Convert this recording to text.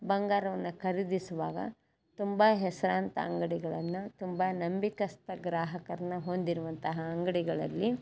ಬಂಗಾರವನ್ನು ಖರೀದಿಸುವಾಗ ತುಂಬ ಹೆಸರಾಂತ ಅಂಗಡಿಗಳನ್ನು ತುಂಬ ನಂಬಿಕಸ್ತ ಗ್ರಾಹಕರನ್ನ ಹೊಂದಿರುವಂತಹ ಅಂಗಡಿಗಳಲ್ಲಿ